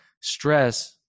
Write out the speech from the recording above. stress